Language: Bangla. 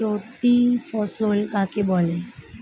চৈতি ফসল কাকে বলে?